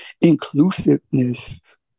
inclusiveness